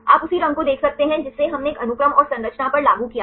आप उसी रंग को देख सकते हैं जिसे हमने एक अनुक्रम और संरचना पर लागू किया है